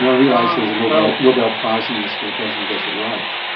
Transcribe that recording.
and i realise there's a nobel nobel prize in this for the person who gets it right.